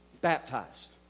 baptized